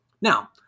Now